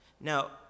Now